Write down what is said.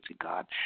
God